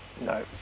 no